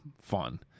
fun